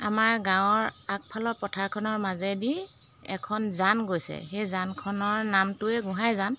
আমাৰ গাঁৱৰ আগফালৰ পথাৰখনৰ মাজেদি এখন জান গৈছে সেই জানখনৰ নামটোৱেই গোহাঁইজান